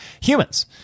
humans